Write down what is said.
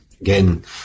Again